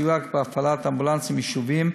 סיוע בהפעלת אמבולנסים יישוביים,